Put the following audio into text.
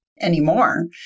anymore